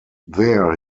there